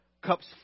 cups